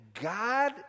God